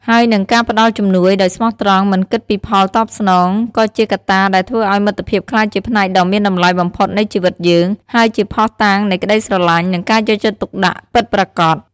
ហើយនិង ការផ្តល់ជំនួយដោយស្មោះត្រង់ មិនគិតពីផលតបស្នង ក៏ជាកត្តាដែលធ្វើឲ្យមិត្តភាពក្លាយជាផ្នែកដ៏មានតម្លៃបំផុតនៃជីវិតយើង ហើយជាភស្តុតាងនៃក្តីស្រឡាញ់ និងការយកចិត្តទុកដាក់ពិតប្រាកដ។